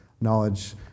knowledge